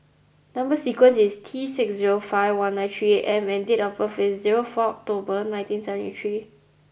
number sequence is T six zero five one nine three M and date of birth is zero four October nineteen seventy three